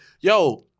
yo